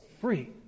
free